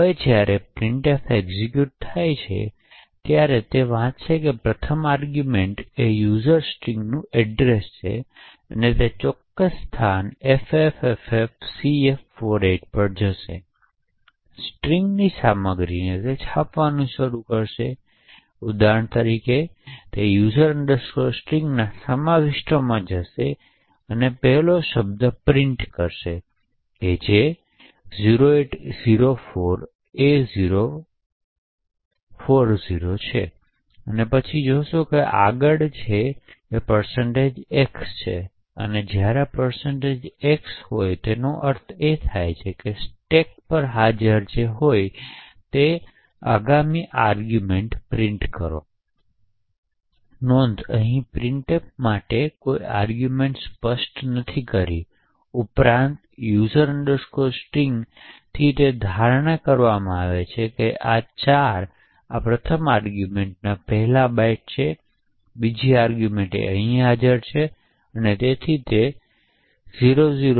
હવે જ્યારે printf execute થાય છે તે છે કે તે વાંચશે પ્રથમ આરગ્યૂમેંટ કે જે યુઝર સ્ટ્રિંગનું સરનામું છે તે તે ચોક્કસ સ્થાન ffffcf48 પર જશે અને સ્ટ્રિંગની સામગ્રીને છાપવાનું શરૂ કરશે તેથી ઉદાહરણ તરીકે તે user string ના સમાવિષ્ટોમાં જશે એ પહેલો શબ્દ પ્રિન્ટ કરશે જે 0804a040 છે અને પછી તે જોશે કે આગળની જરૂરિયાત એ x છે તેથી જ્યારે x હોય ત્યારે તેનો અર્થ એ થાય કે તે સ્ટેક પર હાજર હોય છે અને આગામી આરગ્યૂમેંટ પ્રિન્ટ કરી લેશે નોંધ અહીં આપણે printf માટે કોઇ આરગ્યૂમેંટ સ્પષ્ટ કરી નથી ઉપરાંત user string થી તે ધારણ કરવામાં આવે છે કે 4 આ પ્રથમ આરગ્યૂમેંટ પહેલાં બાઇટ્સ છે જ્યાં બીજી આરગ્યૂમેંટ હાજર છે અને તેથી તે 00000000